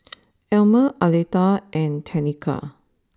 Almer Aletha and Tenika